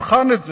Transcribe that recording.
יבחן את זה,